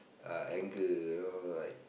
uh anger you know like